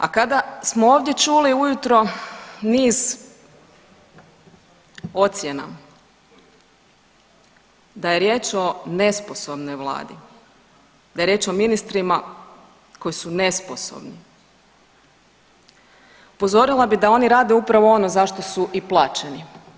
A kada smo ovdje čuli ujutro niz ocjena da je riječ o nesposobnoj Vladi, da je riječ o ministrima koji su nesposobni, upozorila bih da oni rade upravo ono zašto su i plaćeni.